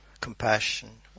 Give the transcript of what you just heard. compassion